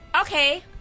Okay